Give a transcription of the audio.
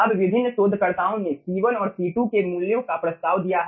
अब विभिन्न शोधकर्ताओं ने C1and C2 के मूल्यों का प्रस्ताव दिया है